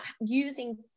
using